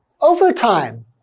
overtime